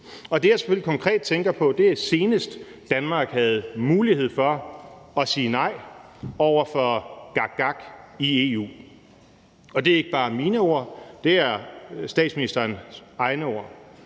Det, jeg selvfølgelig konkret tænker på, er, senest Danmark havde mulighed for at sige nej over for gakgak i EU. Og det er ikke bare mine ord; det er statsministerens egne ord.